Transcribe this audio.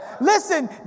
Listen